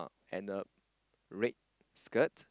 and a red skirt